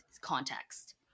context